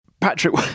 Patrick